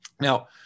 Now